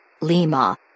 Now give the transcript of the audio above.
Lima